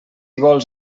vols